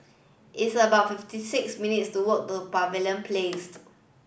it's about fifty six minutes' walk to Pavilion Place